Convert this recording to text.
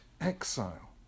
exile